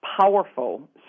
powerful